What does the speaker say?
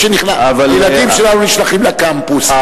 הילדים שלנו נשלחים לקמפוס,